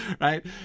right